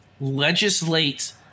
legislate –